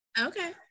Okay